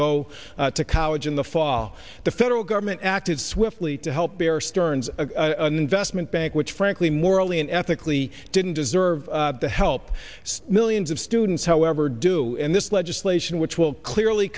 go to college in the fall the federal government acted swiftly to help bear stearns an investment bank which frankly morally and ethically didn't deserve to help millions of students however do in this legislation which will clearly